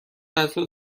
غذا